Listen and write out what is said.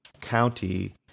county